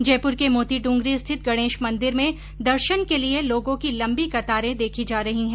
जयपुर के मोतीडूंगरी स्थित गणेश मंदिर में दर्शन के लिये लोगों की लम्बी कतारें देखी जा रही हैं